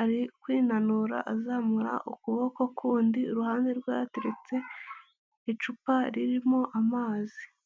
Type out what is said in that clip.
ari kwinanura azamura ukuboko kundi, iruhande rwe hateretse icupa ririmo amazi.